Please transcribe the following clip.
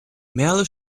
merle